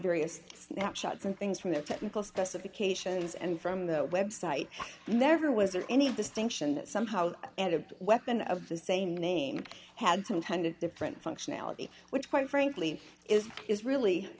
various snapshots and things from their technical specifications and from the website never was there any distinction somehow and of weapon of the same name had some kind of different functionality which quite frankly is is really